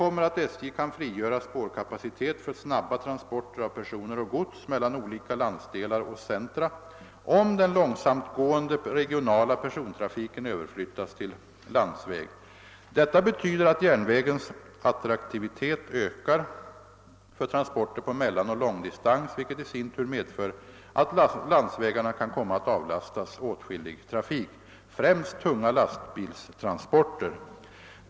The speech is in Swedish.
kommer att SJ kan frigöra spårkapacitet för snabba transporter av personer och gods mellan olika landsdelar och centra om den långsamtgående regionala persontrafiken överflyttas till landsväg. Detta betyder att järnvägens attraktivitet ökar för transporter på mellanoch långdistans vilket i sin tur medför att landsvägarna kan komma att avlastas åtskillig trafik, främst tunga lastbilstransporter.